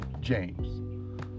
James